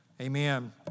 Amen